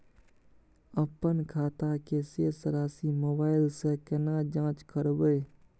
अपन खाता के शेस राशि मोबाइल से केना जाँच करबै?